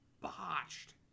botched